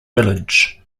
village